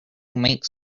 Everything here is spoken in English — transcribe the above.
makes